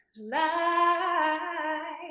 light